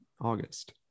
August